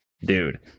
dude